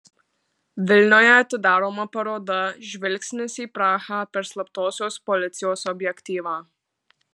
vilniuje atidaroma paroda žvilgsnis į prahą per slaptosios policijos objektyvą